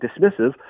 dismissive